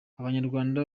abanyarwanda